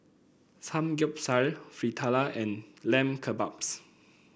Samgeyopsal Fritada and Lamb Kebabs